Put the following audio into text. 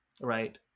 Right